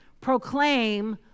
proclaim